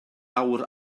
awr